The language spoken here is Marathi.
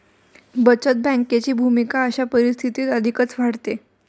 बचत बँकेची भूमिका अशा परिस्थितीत अधिकच वाढते